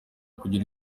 kugira